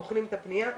בוחנים את הפנייה,